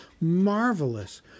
marvelous